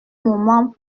moment